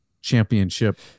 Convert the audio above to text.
championship